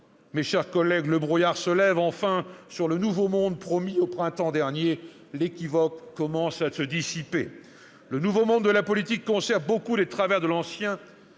mes chers collègues, le brouillard se lève enfin sur le nouveau monde promis au printemps dernier ; l'équivoque commence à se dissiper. Le « nouveau monde » de la politique conserve beaucoup des travers de l'ancien,